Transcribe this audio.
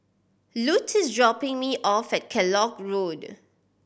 Lute is dropping me off at Kellock Road